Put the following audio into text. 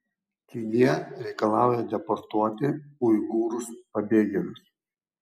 kinija reikalauja deportuoti uigūrus pabėgėlius